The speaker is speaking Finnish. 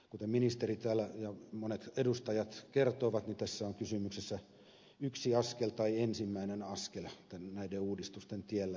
kuten ministeri ja monet edustajat kertoivat tässä on kysymyksessä ensimmäinen askel näiden uudistusten tiellä